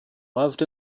loved